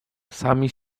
sami